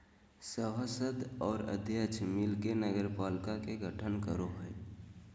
सभासद और अध्यक्ष मिल के नगरपालिका के गठन करो हइ